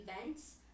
events